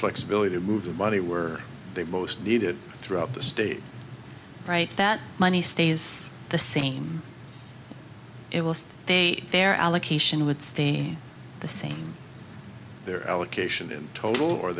flexibility to move the body were they most needed throughout the state right that money stays the same it was they their allocation would stay the same their allocation in total or